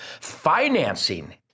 financing